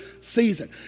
season